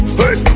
hey